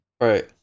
Right